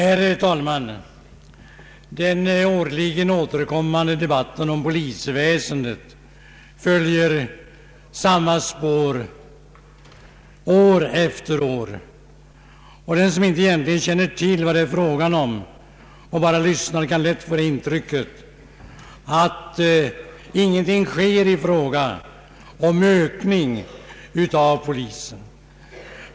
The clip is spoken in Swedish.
Herr talman! Den årligen återkommande debatten om polisväsendet följer samma spår år efter år. Den som egentligen inte känner till vad det är fråga om och som lyssnar till debatten kan lätt få intrycket att det inte sker någonting i fråga om ökning av poliskåren.